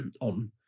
on